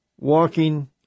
walking